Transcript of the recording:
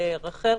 רח"ל,